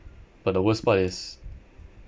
but the worst part is